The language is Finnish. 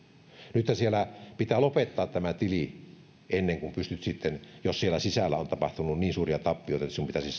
nythän pitää lopettaa tämä tili ennen kuin sitten pystyt siihen jos siellä sisällä on tapahtunut niin suuria tappioita että sinun pitäisi